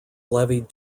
levied